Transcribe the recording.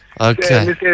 Okay